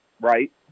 right